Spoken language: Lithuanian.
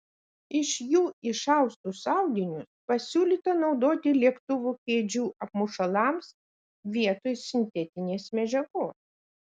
iš jų išaustus audinius pasiūlyta naudoti lėktuvų kėdžių apmušalams vietoj sintetinės medžiagos